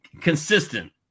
Consistent